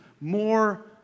more